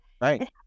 right